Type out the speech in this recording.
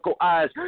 eyes